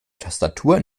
tastatur